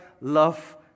love